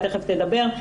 תיכף תדבר.